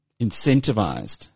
incentivized